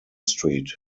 street